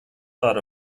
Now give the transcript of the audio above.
thought